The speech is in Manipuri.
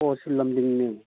ꯑꯣ ꯁꯤ ꯂꯝꯗꯤꯡꯅꯦ